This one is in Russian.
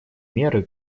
меры